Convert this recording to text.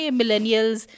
millennials